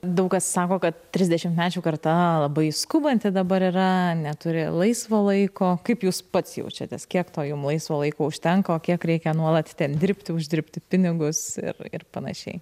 daug kas sako kad trisdešimtmečių karta labai skubanti dabar yra neturi laisvo laiko kaip jūs pats jaučiatės kiek to jum laisvo laiko užtenka o kiek reikia nuolat ten dirbti uždirbti pinigus ir ir panašiai